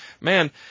Man